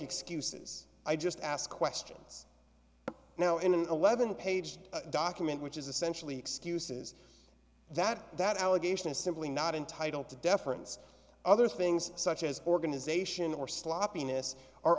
excuses i just ask questions now in an eleven page document which is essentially excuses that that allegation is simply not entitled to deference other things such as organization or slopp